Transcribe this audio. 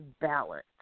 balance